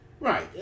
Right